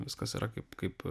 viskas yra kaip kaip